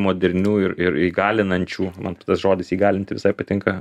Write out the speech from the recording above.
modernių ir ir įgalinančių man tas žodis įgalinti visai patinka